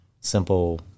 simple